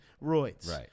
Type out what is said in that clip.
Right